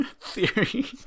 theory